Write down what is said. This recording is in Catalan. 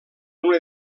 una